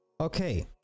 Okay